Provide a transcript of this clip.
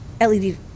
LED